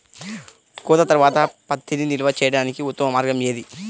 కోత తర్వాత పత్తిని నిల్వ చేయడానికి ఉత్తమ మార్గం ఏది?